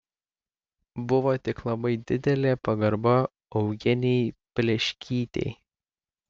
buvo tik labai didelė pagarba eugenijai pleškytei